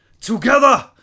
together